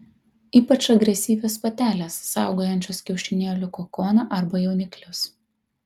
ypač agresyvios patelės saugojančios kiaušinėlių kokoną arba jauniklius